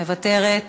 מוותרת.